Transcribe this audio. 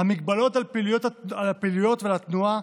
ההגבלות על פעילויות ועל התנועה,